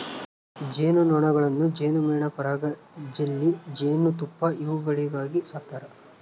ಜೇನು ನೊಣಗಳನ್ನು ಜೇನುಮೇಣ ಪರಾಗ ಜೆಲ್ಲಿ ಜೇನುತುಪ್ಪ ಇವುಗಳಿಗಾಗಿ ಸಾಕ್ತಾರೆ